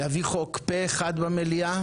להביא חוק פה אחד במליאה,